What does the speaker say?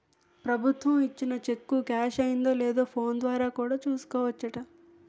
ప్రభుత్వం ఇచ్చిన cheque cash అయిందో లేదో ఫోన్ ద్వారా కూడా చూసుకోవచ్చట